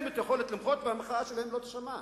אין להן היכולת למחות והמחאה שלהן לא תישמע.